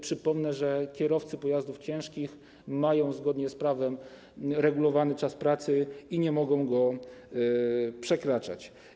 Przypomnę, że kierowcy pojazdów ciężkich mają zgodnie z prawem regulowany czas pracy i nie mogą go przekraczać.